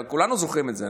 כולנו זוכרים את זה,